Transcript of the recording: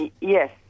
Yes